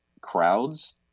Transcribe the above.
crowds